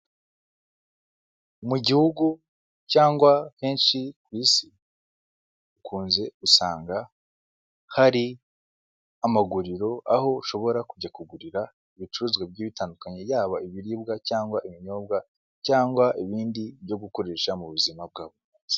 Mu gihugu cyangwa henshi ku isi ukunze gusanga hari amaguriro, aho ushobora kujya kugurira ibicuruzwa bigiye bitandukanye yaba ibiribwa cyangwa ibinyobwa cyangwa ibindi byo gukoresha mu buzima bwa buri munsi.